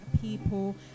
people